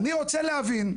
אני רוצה להבין,